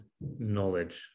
knowledge